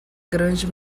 grande